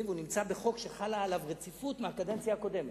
והוא נמצא בחוק שחלה עליו רציפות מהקדנציה הקודמת.